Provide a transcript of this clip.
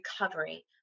recovery